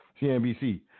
CNBC